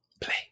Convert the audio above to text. play